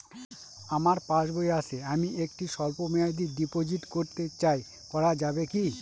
আমার পাসবই আছে আমি একটি স্বল্পমেয়াদি ডিপোজিট করতে চাই করা যাবে কি?